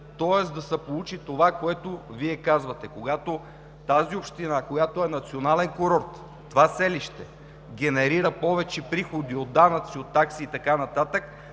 Тоест да се получи това, което Вие казвате: когато тази община, която е национален курорт, това селище генерира повече приходи от данъци, от такси и така нататък,